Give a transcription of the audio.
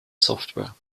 software